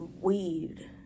weed